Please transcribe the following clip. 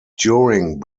during